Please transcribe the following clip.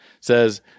says